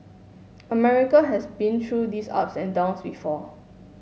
America has been through these ups and downs before